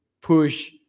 Push